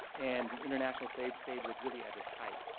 and the international slave trade was really at its height.